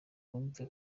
bumve